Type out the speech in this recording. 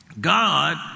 God